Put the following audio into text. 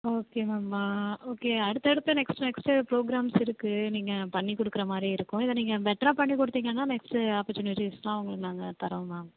okay ma'am okay அடுத்து அடுத்து next next programs இருக்குது நீங்கள் பண்ணி கொடுக்குற மாதிரி இருக்கும் இதை நீங்கள் பெட்ரா பண்ணி கொடுத்திங்கன்னா நெக்ஸ்ட்டு ஆப்பர்சுனிட்டிஸெலாம் உங்களுக்கு நாங்கள் தரோம் மேம்